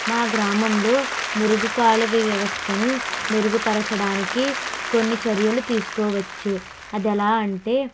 మా గ్రామంలో మురుగు కాలువ వ్యవస్థను మెరుగుపరచడానికి కొన్ని చర్యలు తీసుకోవచ్చు అదెలా అంటే